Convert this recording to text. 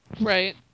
Right